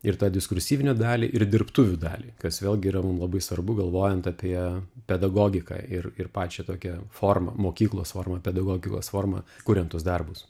ir tą diskursyvinę dalį ir dirbtuvių dalį kas vėlgi yra mum labai svarbu galvojant apie pedagogiką ir ir pačią tokia formą mokyklos formą pedagogikos formą kuriant tuos darbus